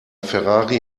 ferrari